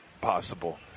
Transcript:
possible